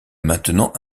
maintenant